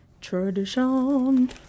Tradition